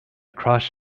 crush